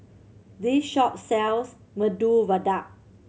this shop sells Medu Vada